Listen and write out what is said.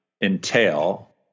entail